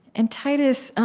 and titus,